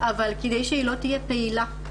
אבל כדי שהיא לא תהיה פעילה,